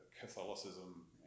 Catholicism